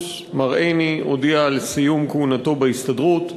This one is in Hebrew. מר עיני הודיע על סיום כהונתו בהסתדרות.